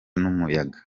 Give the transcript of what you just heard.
n’umuyaga